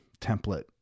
template